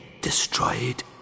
destroyed